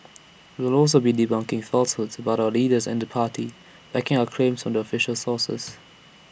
we will also be debunking falsehoods about our leaders and the party backing our claims from official sources